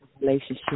relationship